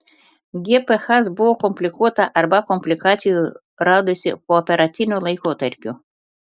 gph buvo komplikuota arba komplikacijų radosi pooperaciniu laikotarpiu